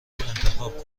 انتخاب